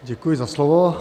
Děkuji za slovo.